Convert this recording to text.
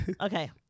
Okay